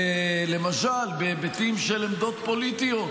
למשל בהיבטים של עמדות פוליטיות.